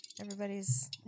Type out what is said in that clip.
Everybody's